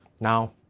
now